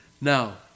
Now